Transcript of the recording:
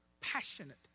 passionate